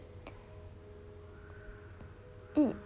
mm